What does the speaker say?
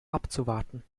abzuwarten